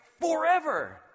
forever